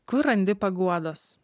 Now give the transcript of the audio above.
kur randi paguodos